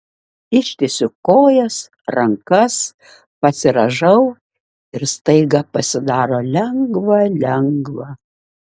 ištiesiu kojas rankas pasirąžau ir staiga pasidaro lengva lengva